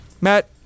Matt